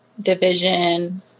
division